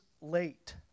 late